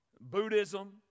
Buddhism